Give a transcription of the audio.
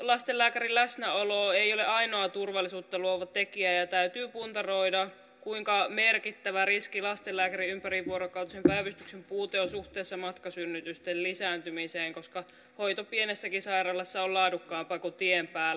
erikoislastenlääkärin läsnäolo ei ole ainoa turvallisuutta luova tekijä ja täytyy puntaroida kuinka merkittävä riski lastenlääkärin ympärivuorokautisen päivystyksen puute on suhteessa matkasynnytysten lisääntymiseen koska hoito pienessäkin sairaalassa on laadukkaampaa kuin tien päällä